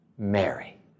Mary